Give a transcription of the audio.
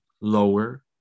lower